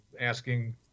asking